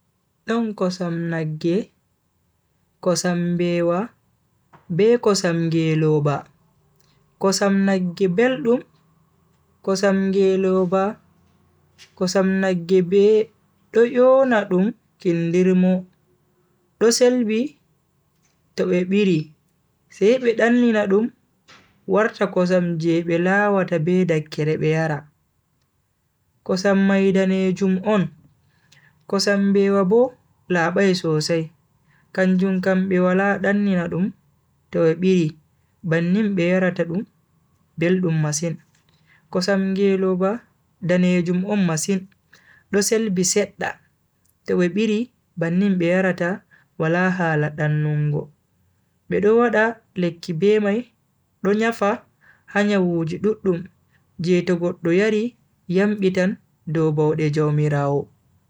Don kosam nagge, kosam mbewa be kosam ngeloba. Kosam nagge beldum, kosam ngeloba. kosam nagge be do nyona dum kindirmo do selbi to be biri sai be dannina dum warta kosam je be lawata be dakkere be yara, kosam mai danejum on. kosam mbewa bo labai sosai kanjum kam be wala dannina dum to be biri bannin be yarata dum beldum masin. kosam ngeloba danejum on masin do selbi sedda to be biri bannin be yarata wala hala dannungo. bedo wada lekki be mai do nafa ha nyawuji duddum je to goddo yari yambitan dow baude jaumiraawo.